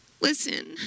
listen